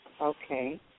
Okay